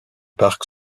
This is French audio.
parc